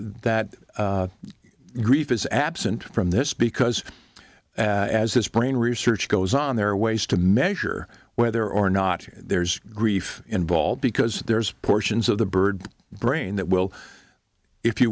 that grief is absent from this because as this brain research goes on there are ways to measure whether or not there's grief involved because there's portions of the bird brain that will if you